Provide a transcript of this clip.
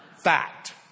Fact